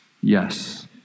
Yes